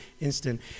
instant